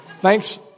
Thanks